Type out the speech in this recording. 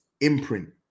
imprint